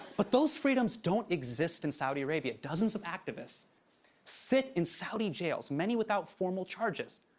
but those freedoms don't exist in saudi arabia. dozens of activists sit in saudi jails, many without formal charges.